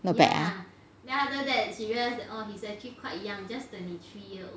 not bad ah